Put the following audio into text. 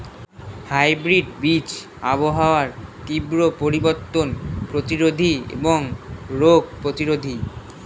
hybrid বীজ আবহাওয়ার তীব্র পরিবর্তন প্রতিরোধী এবং রোগ প্রতিরোধী